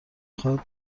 خواد